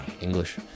English